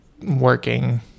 working